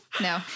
No